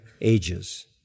Ages